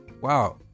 wow